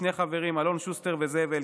שני חברים: אלון שוסטר וזאב אלקין,